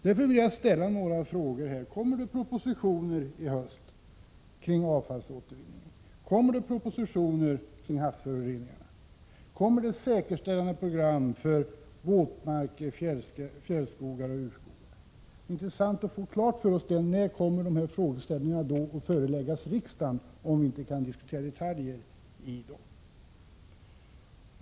Därför vill jag ställa några frågor här: Kommer det propositioner i höst om avfallsåtervinningen och om havsföroreningarna? Kommer det säkerställande program för våtmarker, fjällskogar och urskogar? Det är intressant att få klart för sig när dessa frågeställningar kommer att föreläggas riksdagen, om vi inte kan diskutera detaljer i dag.